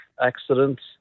accidents